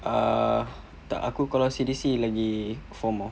uh tak aku kalau C_D_C lagi four more